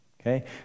okay